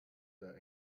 der